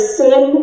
sin